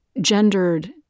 gendered